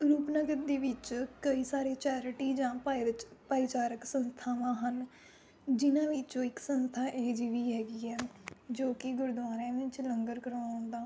ਰੂਪਨਗਰ ਦੇ ਵਿੱਚ ਕਈ ਸਾਰੇ ਚੈਰਿਟੀ ਜਾਂ ਭਾਇਰਚ ਭਾਈਚਾਰਕ ਸੰਸਥਾਵਾਂ ਹਨ ਜਿਹਨਾਂ ਵਿੱਚੋਂ ਇੱਕ ਸੰਸਥਾ ਇਹੋ ਜਿਹੀ ਵੀ ਹੈਗੀ ਹੈ ਜੋ ਕਿ ਗੁਰਦੁਆਰਿਆਂ ਵਿੱਚ ਲੰਗਰ ਕਰਵਾਉਣ ਦਾ